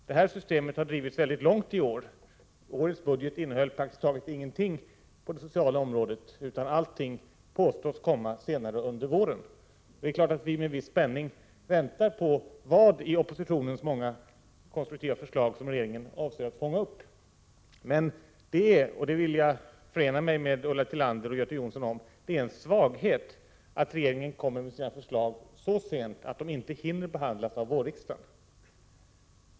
Detta system har drivits mycket långt i år; årets budget innehöll praktiskt taget ingenting på det sociala området, utan allting påstås komma senare under våren. Det är klart att vi med viss spänning väntar på vilka av oppositionens många konstruktiva förslag som regeringen avser att fånga upp. Men — och på den punkten vill jag förena mig med Ulla Tillander och Göte Jonsson — det är en svaghet att regeringen kommer med sina förslag så sent att de inte hinner behandlas av vårriksdagen.